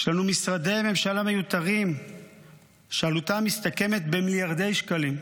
יש לנו משרדי ממשלה מיותרים שעלותם מסתכמת במיליארדי שקלים.